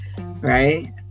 right